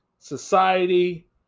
society